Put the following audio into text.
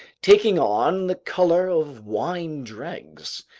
taking on the color of wine dregs.